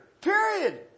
Period